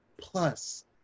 plus